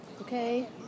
Okay